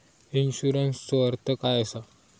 इन्शुरन्सचो अर्थ काय असा?